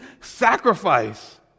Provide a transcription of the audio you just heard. sacrifice